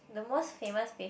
the most famous pace